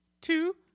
two